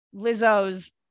Lizzo's